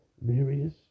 various